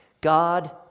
God